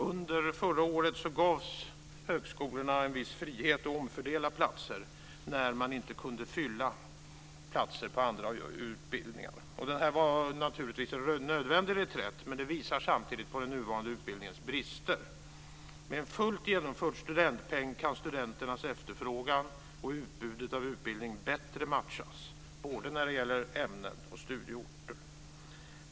Under förra året gavs högskolorna en viss frihet att omfördela platser när man inte kunde fylla platser på andra utbildningar. Det här var naturligtvis en nödvändig reträtt, men det visar samtidigt på den nuvarande utbildningens brister. Med en fullt genomförd studentpeng kan studenternas efterfrågan och utbudet av utbildning bättre matchas, både när det gäller ämnen och studieorter.